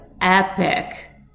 epic